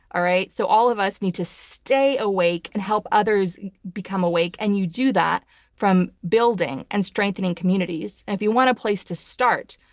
all right, so all of us need to stay awake and help others become awake, and you do that from building and strengthening communities. and if you want a place to start,